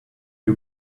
you